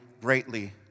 greatly